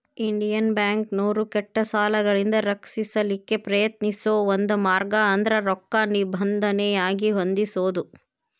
Indian ಬ್ಯಾಂಕ್ನೋರು ಕೆಟ್ಟ ಸಾಲಗಳಿಂದ ರಕ್ಷಿಸಲಿಕ್ಕೆ ಪ್ರಯತ್ನಿಸೋ ಒಂದ ಮಾರ್ಗ ಅಂದ್ರ ರೊಕ್ಕಾ ನಿಬಂಧನೆಯಾಗಿ ಹೊಂದಿಸೊದು